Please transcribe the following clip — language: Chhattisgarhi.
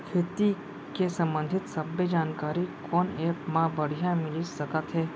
खेती के संबंधित सब्बे जानकारी कोन एप मा बढ़िया मिलिस सकत हे?